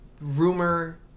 rumor